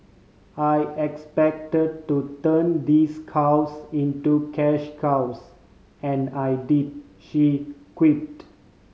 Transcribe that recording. I expect to turn these cows into cash cows and I did she quipped